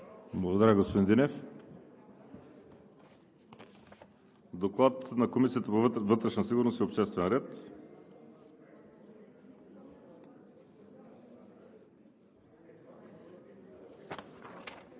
Благодаря, господин Динев. Доклад на Комисията по вътрешна сигурност и обществен ред. Заповядайте.